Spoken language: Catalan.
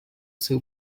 seu